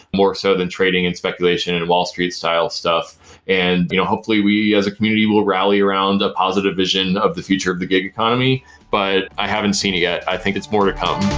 more so than trading and speculation in wall street style stuff and you know hopefully we as a community will rally around the positive vision of the future of the gig economy but i haven't seen it yet. i think there's more to come.